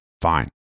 Fine